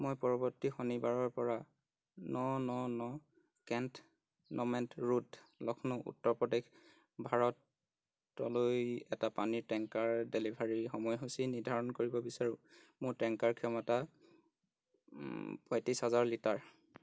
মই পৰৱৰ্তী শনিবাৰৰ পৰা ন ন ন cantonment road Lucknow Uttar Pradesh Bharat তলৈ এটা পানীৰ টেংকাৰ ডেলিভাৰী সময়সূচী নিৰ্ধাৰণ কৰিব বিচাৰো মোৰ টেংকাৰ ক্ষমতা পঁয়ত্ৰিশ হাজাৰ লিটাৰ